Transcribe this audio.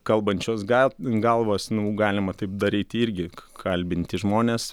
kalbančios gal galvos nu galima taip daryti irgi kalbinti žmones